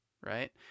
right